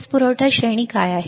वीज पुरवठा श्रेणी काय आहे